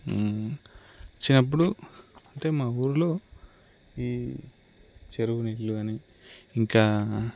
వచ్చినపుడు అంటే మా ఊరిలో ఈ చెరువు నీళ్ళు కానీ ఇంకా